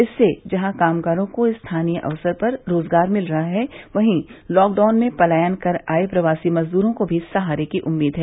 इससे जहां कामगारों को स्थानीय स्तर पर रोजगार मिल रहा है वहीं लॉकडाउन में पलायन कर आए प्रवासी मजदूरों को भी सहारे की उम्मीद है